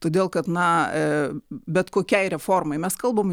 todėl kad na bet kokiai reformai mes kalbam